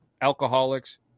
alcoholics